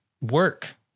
work